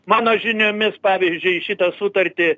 mano žiniomis pavyzdžiui šitą sutartį